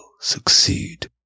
succeed